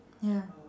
ya